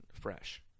Fresh